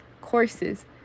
courses